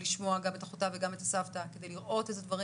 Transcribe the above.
לשמוע גם את אחותה וגם את הסבתא ולראות אילו דברים